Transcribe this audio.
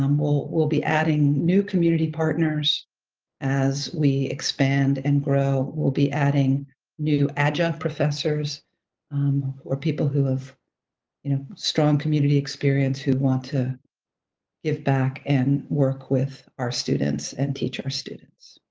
um we'll we'll be adding new community partners as we expand and grow. we'll be adding new adjunct professors or people who have you know strong community experience who want to give back and work with our students and teach our students.